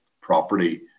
property